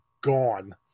gone